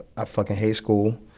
i fucking hate school.